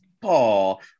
Paul